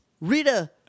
Rita